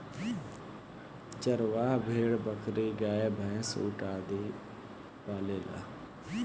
चरवाह भेड़, बकरी, गाय, भैन्स, ऊंट आदि पालेले